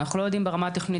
אנחנו לא יודעים ברמה התכנונית.